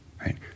right